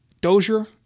Dozier